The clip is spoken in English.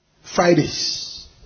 Fridays